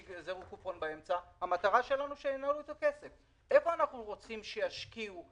והוא להגיד שבהייטק ובתשתיות תאפשרו לנו לפעול כדי שנוכל להשקיע.